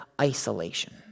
isolation